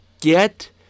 get